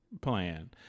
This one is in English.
plan